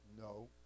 no